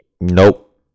Nope